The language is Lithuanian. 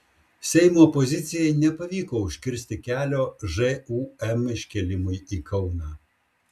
seimo opozicijai nepavyko užkirsti kelio žūm iškėlimui į kauną